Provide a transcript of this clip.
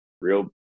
real